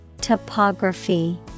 Topography